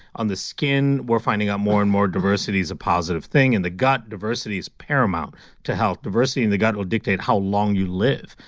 on the skin, we're finding out more and more diversity's a positive thing, in the gut diversity is paramount to health. diversity in the gut will dictate how long you live.